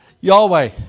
Yahweh